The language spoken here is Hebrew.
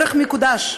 ערך מקודש.